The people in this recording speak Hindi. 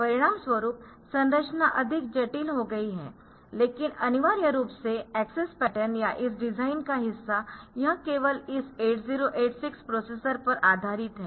परिणामस्वरूप संरचना अधिक जटिल हो गई है लेकिन अनिवार्य रूप से एक्सेस पैटर्न या इस डिजाइन का हिस्सा यह केवल इस 8086 प्रोसेसर पर आधारित है